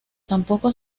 tampoco